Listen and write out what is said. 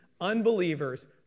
unbelievers